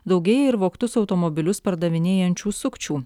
daugėja ir vogtus automobilius pardavinėjančių sukčių